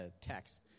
text